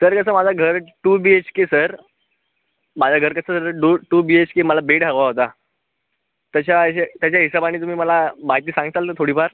sir कसं माझं घर two B H K sir माझं घर कसं do two B H K मला बेड हवा होता तशा याचे त्याच्या हिशेबाने तुम्ही मला माहिती सांगताल ना थोडी फार